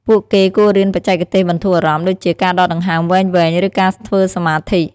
ពួកគេគួររៀនបច្ចេកទេសបន្ធូរអារម្មណ៍ ដូចជាការដកដង្ហើមវែងៗ ឬការធ្វើសមាធិ។